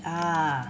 ah